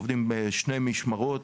עובדים בשתי משמרות.